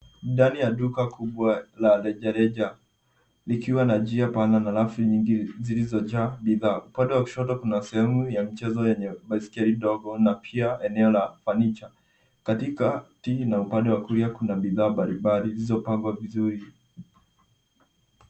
Ndani ya duka kubwa la rejareja, likiwa na njia pana na rafu nyingi zilizojaa bidhaa. Upande wa kushoto kuna sehemu ya mchezo wa baiskeli ndogo na pia eneo la fanicha. Katika upande wa kulia kuna bidhaa mbali mbali zilizopangwa vizuri.